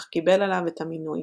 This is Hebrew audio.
אך קיבל עליו את המינוי.